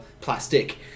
plastic